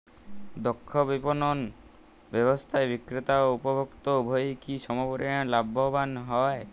দক্ষ বিপণন ব্যবস্থায় বিক্রেতা ও উপভোক্ত উভয়ই কি সমপরিমাণ লাভবান হয়?